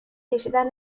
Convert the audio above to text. کشیدن